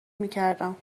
میکردم